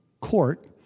court